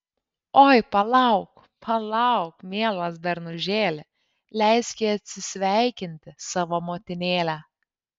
oi palauk palauk mielas bernužėli leiski atsisveikinti savo motinėlę